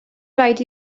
raid